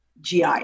gi